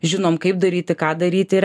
žinom kaip daryti ką daryti ir